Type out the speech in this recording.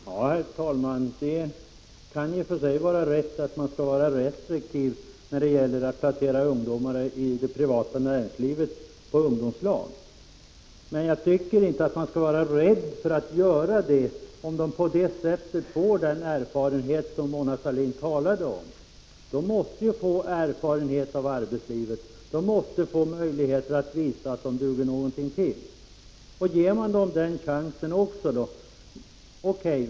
Herr talman! Det kan i och för sig vara riktigt att man skall vara restriktiv när det gäller att placera ungdomar i ungdomslag i det privata näringslivet. Men jag tycker inte att man skall vara rädd för att göra det, om de på det sättet får den erfarenhet som Mona Sahlin talade om. De måste ju få erfarenhet av arbetslivet, de måste få möjligheter att visa att de duger någonting till.